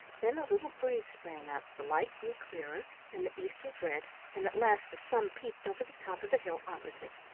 then a little breeze sprang up the light grew clearer and the east was red, and at last the sun peeped over the top of the hill opposite.